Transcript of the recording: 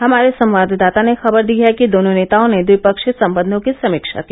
हमारे संवाददाता ने खबर दी है कि दोनों नेताओं ने द्विपक्षीय संबंधों की समीक्षा की